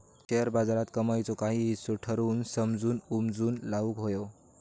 share बाजारात कमाईचो काही हिस्सो ठरवून समजून उमजून लाऊक व्हये